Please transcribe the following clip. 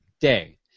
Day